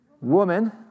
woman